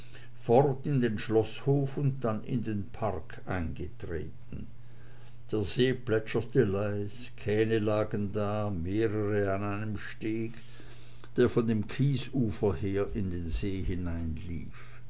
fort erst in den schloßhof und dann in den park eingetreten der see plätscherte leis kähne lagen da mehrere an einem steg der von dem kiesufer her in den see hineinlief